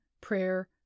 prayer